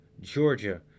Georgia